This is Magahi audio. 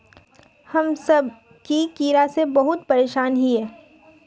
हम सब की कीड़ा से बहुत परेशान हिये?